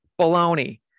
baloney